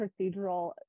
procedural